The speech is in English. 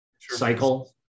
cycle